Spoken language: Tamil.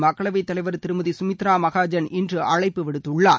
மக்களவைத் தலைவர் திருமதி சுமித்ரா மகாஜன் இன்று அழைப்பு விடுத்துள்ளார்